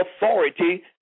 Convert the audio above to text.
authority